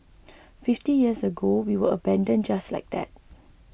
fifty years ago we were abandoned just like that